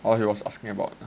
oh he was asking about